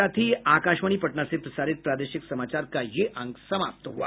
इसके साथ ही आकाशवाणी पटना से प्रसारित प्रादेशिक समाचार का ये अंक समाप्त हुआ